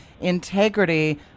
integrity